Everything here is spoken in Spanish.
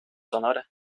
sonora